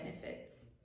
benefits